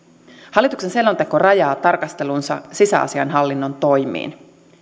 hallituksen selonteko rajaa tarkastelunsa sisäasiainhallinnon toimiin